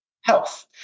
health